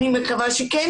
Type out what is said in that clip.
אני מקווה שכן,